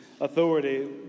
authority